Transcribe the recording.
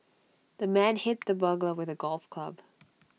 the man hit the burglar with A golf club